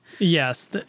Yes